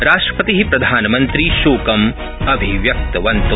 राष्ट्रपति प्रधानमन्त्रि शोकं अभिव्यक्तवन्तौ